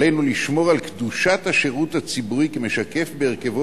עלינו לשמור על קדושת השירות הציבורי כמשקף בהרכבו